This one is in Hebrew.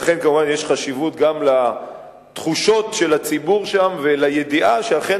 לכן יש חשיבות גם לתחושות של הציבור שם ולידיעה שאכן